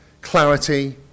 clarity